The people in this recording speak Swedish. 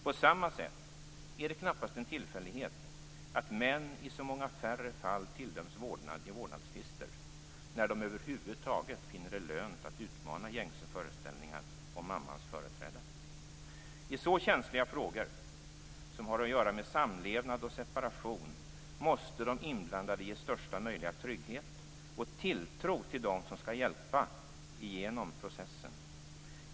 På samma sätt är det knappast en tillfällighet att män i så många färre fall tilldöms vårdnad i vårdnadstvister - när de över huvud taget finner det lönt att utmana gängse föreställningar om mammans företräde. I så känsliga frågor, som har att göra med samlevnad och separation, måste de inblandade ges största möjliga trygghet och tilltro till dem som skall hjälpa dem igenom processen.